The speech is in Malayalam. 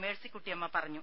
മേഴ്സിക്കുട്ടിയമ്മ പറഞ്ഞു